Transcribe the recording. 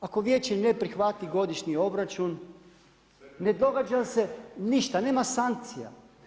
Ako vijeće ne prihvati godišnji obračun, ne događa se ništa, nema sankcija.